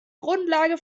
grundlage